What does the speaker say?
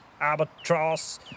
albatross